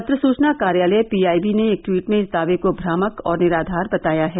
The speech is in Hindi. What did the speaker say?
पत्र सूचना कार्यालय पीआईबी ने एक ट्वीट में इस दावे को भ्रामक और निराधार बताया है